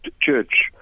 church